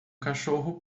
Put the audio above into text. cachorro